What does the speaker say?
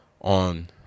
on